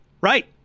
Right